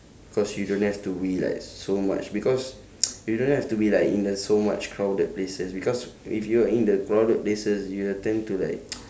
cause you don't have to be like so much because you don't have to be like in the so much crowded places because if you are in the crowded places you will tend to like